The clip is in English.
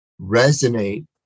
resonate